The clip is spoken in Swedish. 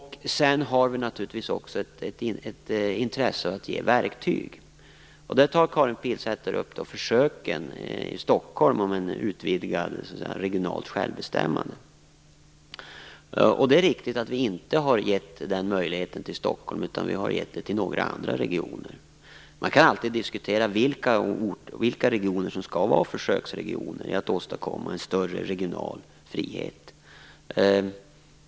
Sedan har vi naturligtvis också ett intresse av att ge verktyg. Karin Pilsäter tar upp försöken i Stockholm att få ett utvidgat regionalt självbestämmande. Det är riktigt att vi inte har gett den möjligheten till Stockholm. Vi har gett den till några andra regioner. Man kan alltid diskutera vilka regioner som skall vara försöksregioner när det gäller att åstadkomma en större regional frihet.